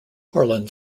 harlan